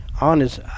honest